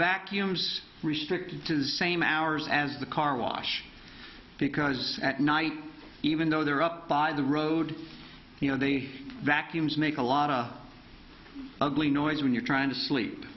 vacuums restricted to the same hours as the car wash because at night even though they're up by the road you know the vacuum is make a lotta ugly noise when you're trying to sleep